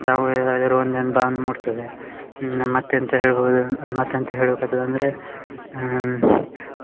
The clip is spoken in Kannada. ತಾವು ಯಾವ್ದರೂ ಒಂದು ಅಂದು ಭಾವ್ನೆ ಮೂಡ್ತದೆ ನಾ ಮತ್ತು ಎಂತ ಹೇಳ್ಬೌದು ಮತ್ತು ಎಂತ ಹೇಳುಕ್ಕೆ ಆತದೆ ಅಂದರೆ ಮ